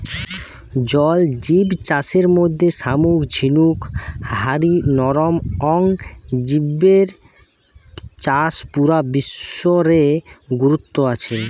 জল জিব চাষের মধ্যে শামুক ঝিনুক হারি নরম অং জিবের চাষ পুরা বিশ্ব রে গুরুত্ব আছে